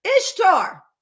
ishtar